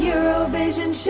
Eurovision